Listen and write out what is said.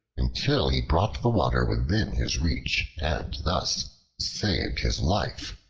until he brought the water within his reach and thus saved his life.